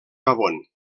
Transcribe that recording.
gabon